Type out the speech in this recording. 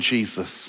Jesus